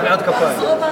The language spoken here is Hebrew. של רב-המרצחים.